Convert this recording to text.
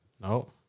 No